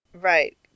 right